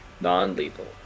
Non-lethal